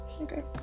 Okay